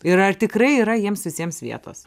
ir ar tikrai yra jiems visiems vietos